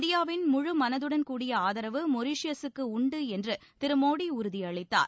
இந்தியாவின் முழு மனதுடன் கூடிய ஆதரவு மொரீஷியசுக்கு உண்டு என்ற திரு மோடி உறுதியளித்தார்